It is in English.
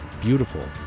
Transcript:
beautiful